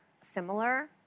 similar